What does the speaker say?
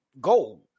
gold